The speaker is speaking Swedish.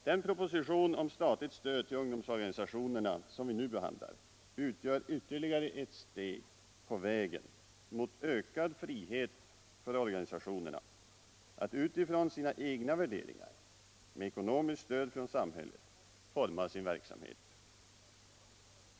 Den proposition om statligt stöd till ungdomsorganisationerna som vi nu behandlar utgör ytterligare ett steg på vägen mot ökad frihet för organisationerna att utifrån sina egna värderingar, med ekonomiskt stöd från samhället, forma sin verksamhet.